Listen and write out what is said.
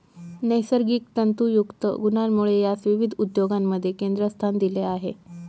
नैसर्गिक तंतुयुक्त गुणांमुळे यास विविध उद्योगांमध्ये केंद्रस्थान दिले आहे